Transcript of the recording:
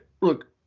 look